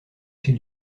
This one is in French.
chez